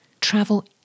Travel